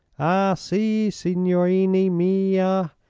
ah, si, signorini mia,